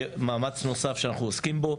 מאמץ נוסף שאנחנו עוסקים בו.